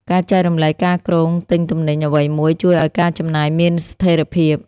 ការចែករំលែកការគ្រោងទិញទំនិញអ្វីមួយ ជួយឲ្យការចំណាយមានស្ថេរភាព។